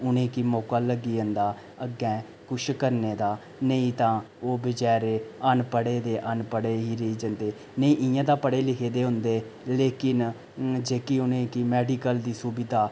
उनेंगी मौका लग्गी जंदा अग्गें कुछ करने दा नेईं तां ओह् बेचारे अनपढ़े दे अनपढ़े गै रेही जंदे नेईं इंया तां पढ़ेलिखे दे होंदे लेकिन जेह्की उनेंगी मेडिकल दी सुविधा